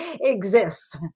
exists